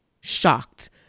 shocked